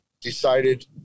decided